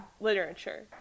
literature